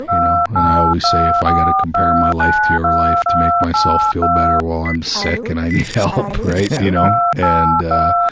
you know, and i always say if i gotta compare my life to your life to make myself feel better well, i'm sick and i need help, right? you know? and ah,